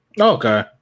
Okay